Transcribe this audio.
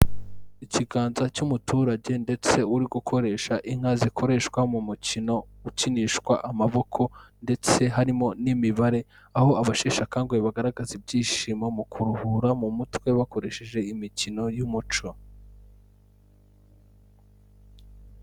Ikiganza cy'umuturage ndetse uri gukoresha inka zikoreshwa mu mukino ukinishwa amaboko ndetse harimo n'imibare. Aho abasheshakanguhe bagaragaza ibyishimo mu kuruhura mu mutwe bakoresheje imikino y'umuco.